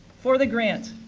for the grant,